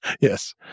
Yes